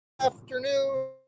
afternoon